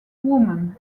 women